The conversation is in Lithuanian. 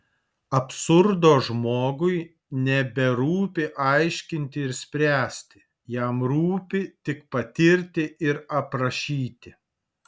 absurdo žmogui neberūpi aiškinti ir spręsti jam rūpi tik patirti ir aprašyti